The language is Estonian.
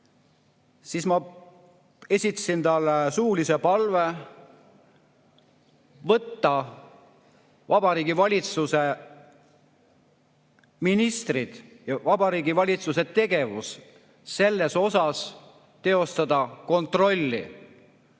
siis ma esitasin talle suulise palve võtta [luubi alla] Vabariigi Valitsuse ministrid ja Vabariigi Valitsuse tegevus, ja selles osas teostada kontrolli.